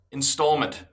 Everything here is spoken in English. installment